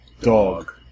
dog